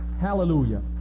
Hallelujah